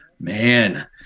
Man